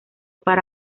para